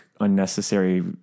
unnecessary